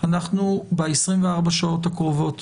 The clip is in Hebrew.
אנחנו ב-24 שעות הקרובות